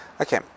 Okay